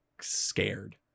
scared